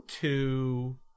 two